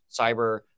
cyber